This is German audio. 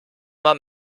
man